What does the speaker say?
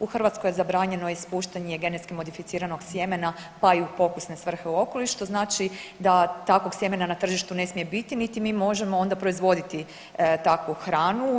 U Hrvatskoj je zabranjeno ispuštanje genetski modificiranog sjemena pa i u pokusne svrhe u okoliš što znači da takvog sjemena na tržištu ne smije biti niti mi možemo onda proizvoditi takvu hranu.